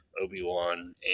Obi-Wan